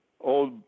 old